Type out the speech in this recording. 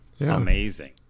amazing